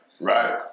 right